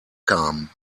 kamen